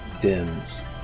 dims